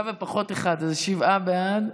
שבעה בעד,